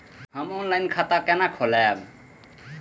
हम ऑनलाइन खाता केना खोलैब?